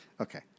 Okay